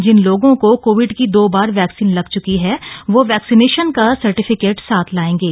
जिन लोगों को कोविड की दो बार वैक्सीन लग चुकी है वो वैक्सीनेशन का सर्टिफिकेट साथ लायेंगे